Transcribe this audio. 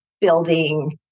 building